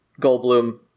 Goldblum